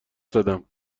زدم